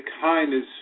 kindness